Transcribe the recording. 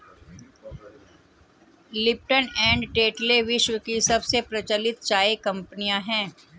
Lipton and Tetley विश्व की सबसे प्रचलित चाय कंपनियां है